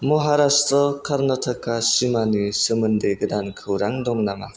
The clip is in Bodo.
महारास्ट्र' कर्नाट'का सिमानि सोमोन्दै गोदान खौरां दं नामा